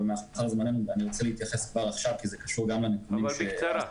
אבל אני רוצה להתייחס כבר עכשיו כי זה קשור גם לנתונים --- אבל בקצרה.